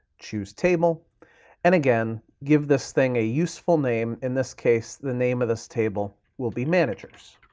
choose table and again, give this thing a useful name, in this case, the name of this table will be managers.